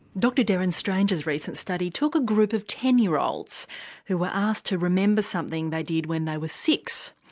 dr deryn strange's recent study took a group of ten-year-olds who were asked to remember something they did when they were six.